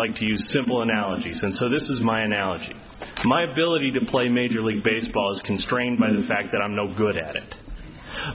like to use simple analogies and so this is my analogy my ability to play major league baseball is constrained by the fact that i'm no good at it